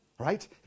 Right